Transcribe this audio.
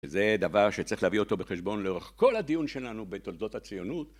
וזה דבר שצריך להביא אותו בחשבון לאורך כל הדיון שלנו בתולדות הציונות.